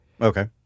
Okay